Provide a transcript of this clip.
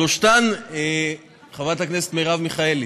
שלושתן, חברת הכנסת מרב מיכאלי,